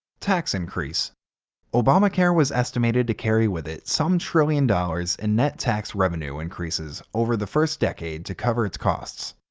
tax increase obamacare was estimated to carry with it some trillion dollars in net tax revenue increases over the first decade to cover its costs.